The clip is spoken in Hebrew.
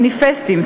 מניפסטים,